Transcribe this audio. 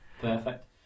Perfect